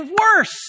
worse